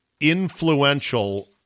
influential